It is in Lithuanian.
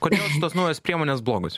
kodėl šitos naujos priemonės blogos